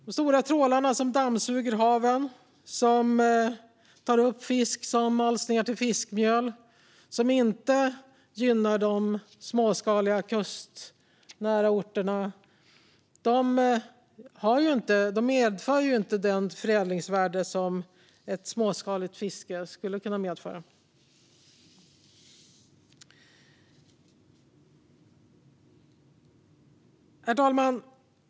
De stora trålarna som dammsuger haven och tar upp fisk som mals ned till fiskmjöl gynnar inte små, kustnära orter och medför inte det förädlingsvärde som ett småskaligt fiske skulle kunna medföra. Herr talman!